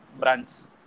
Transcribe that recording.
brands